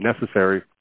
necessary